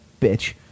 bitch